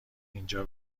اینجا